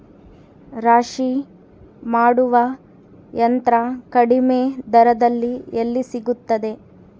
ರಾಶಿ ಮಾಡುವ ಯಂತ್ರ ಕಡಿಮೆ ದರದಲ್ಲಿ ಎಲ್ಲಿ ಸಿಗುತ್ತದೆ?